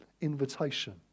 invitation